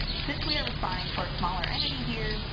since we are responding for a smaller entity here,